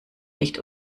nicht